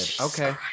Okay